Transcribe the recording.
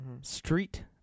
Street